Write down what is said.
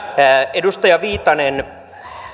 edustaja viitanen